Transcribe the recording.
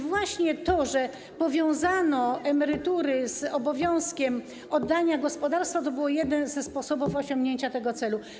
Właśnie to, że powiązano emerytury z obowiązkiem oddania gospodarstwa, to był jeden ze sposobów osiągnięcia tego celu.